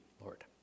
Lord